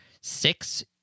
six